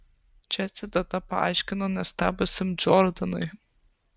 čia citata paaiškino nustebusiam džordanui